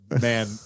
man